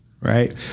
Right